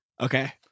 Okay